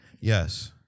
Yes